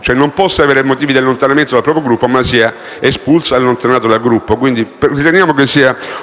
abbia motivi di allontanamento dal proprio Gruppo, ma sia espulso e allontanato dal Gruppo. Riteniamo sia un giusto